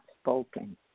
spoken